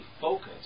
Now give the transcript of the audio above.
focus